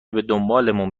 دنبالمون